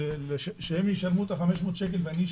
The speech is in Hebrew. כך שהם ישלמו את ה-500 שקלים ואני,